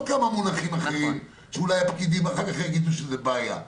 כמה מונחים שאולי הפקידים אחר כך יגידו שזו בעיה.